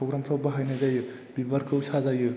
program फोराव बाहायनाय जायो बिबारखौ साजायो